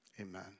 Amen